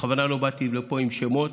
אני בכוונה לא באתי לפה עם שמות,